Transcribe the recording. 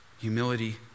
Humility